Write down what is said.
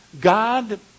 God